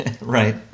Right